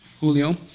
Julio